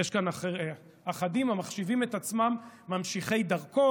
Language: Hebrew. יש כאן אחדים המחשיבים את עצמם ממשיכי דרכו,